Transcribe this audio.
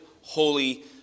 holy